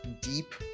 deep